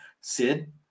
Sid